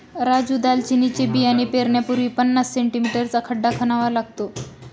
राजू दालचिनीचे बियाणे पेरण्यापूर्वी पन्नास सें.मी चा खड्डा खणावा लागतो